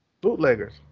bootleggers